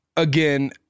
Again